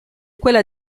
quella